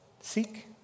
seek